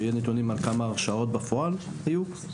שיהיה נתונים על כמה הרשעות בפועל היו?